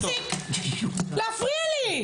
תפסיק להפריע לי.